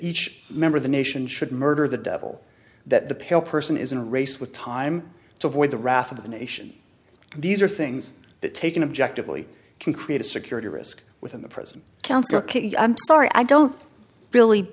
each member of the nation should murder the devil that the pale person is in a race with time to avoid the wrath of the nation these are things that take an objective early can create a security risk within the prison council sorry i don't really